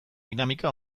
dinamika